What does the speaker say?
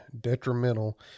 detrimental